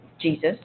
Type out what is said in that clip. Jesus